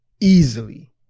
Easily